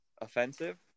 offensive